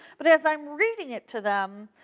but as i am reading it to them,